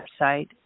website